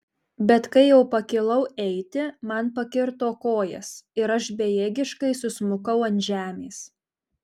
bet kai jau pakilau eiti man pakirto kojas ir aš bejėgiškai susmukau ant žemės